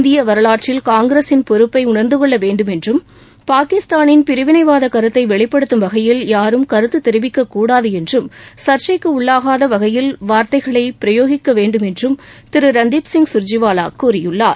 இந்திய வரவாற்றில் காங்கிரசின் பொறுப்பை உணர்ந்துகொள்ள வேண்டும் என்றும் பாகிஸ்தானின் பிரிவினைவாத கருத்தை வெளிப்படுத்தும் வகையில் யாரும் கருத்து தெரிவிக்கக்கூடாது என்றும் சர்ச்சைக்கு உள்ளாகாத வகையில் வார்த்தைகளை பிரயோகிக்கவேண்டும் என்றும் திருரன்திப் சிங் சர்ஜிவாலா கூறியுள்ளார்